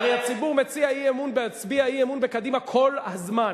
הרי הציבור מצביע אי-אמון בקדימה כל הזמן,